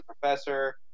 professor